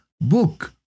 book